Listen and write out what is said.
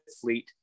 Fleet